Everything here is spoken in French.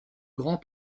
grand